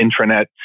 intranet